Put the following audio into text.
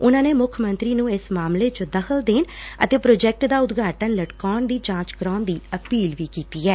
ਉਨੂਾ ਨੇ ਮੁੱਖ ਮੰਤਰੀ ਨੂੰ ਇਸ ਮਾਮਲੇ ਚ ਦਖ਼ਲ ਦੇਣ ਅਤੇ ਪ੍ਰੋਜੈਕਟ ਦਾ ਉਦਘਾਟਨ ਲਟਕਾਉਣ ਦੀ ਜਾਂਚ ਕਰਾਉਣ ਦੀ ਅਪੀਲ ਵੀ ਕੀਤੀ ਐ